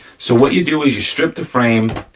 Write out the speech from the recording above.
so what you do is you strip the frame,